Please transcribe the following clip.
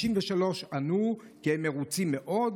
53% ענו כי הם מרוצים מאוד,